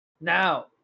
Now